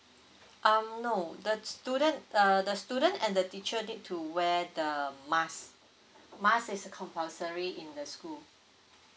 um no the student err the student and the teacher need to wear the mask mask is a compulsory in the school